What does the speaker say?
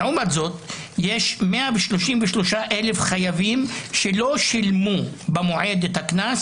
לעומת זאת יש כ-133,000 חייבים שלא שילמו במועד את הקנס